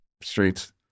streets